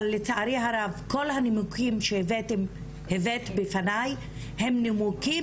אבל כל הנימוקים שהבאת בפניי עם נימוקים